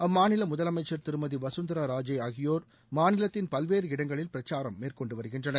அம்மாநில முதலமைச்சர் திருமதி வகந்தரா ராஜே ஆகியோர் மாநிலத்தின் பல்வேறு இடங்களில் பிரச்சாரம் மேற்கொண்டு வருகின்றனர்